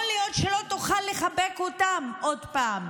יכול להיות שהיא לא תוכל לחבק אותם עוד פעם,